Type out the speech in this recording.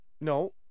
No